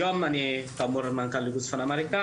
היום אני כאמור מנכ"ל ארגון צפון אמריקה